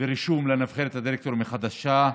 יש רישום לנבחרת הדירקטורים החדשה.